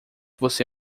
você